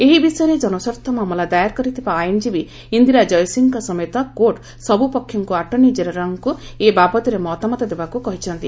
ଏହି ବିଷୟରେ ଜନସ୍ୱାର୍ଥ ମାମଲା ଦାଏର କରିଥିବା ଆଇନଜୀବୀ ଇନ୍ଦିରା କୟସିଂଙ୍କ ସମେତ କୋର୍ଟ ସବୁ ପକ୍ଷଙ୍କୁ ଆଟର୍ଶ୍ଣି ଜେନେରାଲ୍ଙ୍କୁ ଏ ବାବଦରେ ମତାମତ ଦେବାକୁ କହିଛନ୍ତି